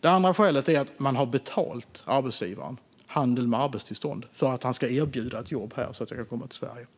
Det andra är att arbetsgivaren har fått betalt - alltså handel med arbetstillstånd - för att han ska erbjuda ett jobb här så att man kan komma till Sverige.